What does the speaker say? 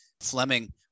Fleming